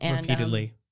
Repeatedly